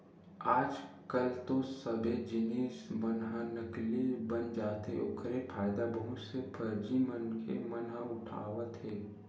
आज कल तो सब्बे जिनिस मन ह नकली बन जाथे ओखरे फायदा बहुत से फरजी मनखे मन ह उठावत हे